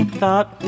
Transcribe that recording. thought